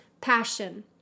passion